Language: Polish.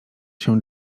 się